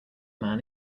man